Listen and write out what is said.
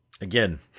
again